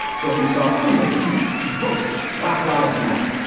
so we saw freedom, peace, vote, black lives matter.